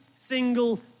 single